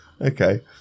Okay